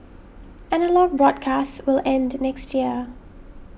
analogue broadcasts will end next year